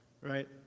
right